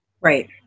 right